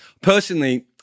personally –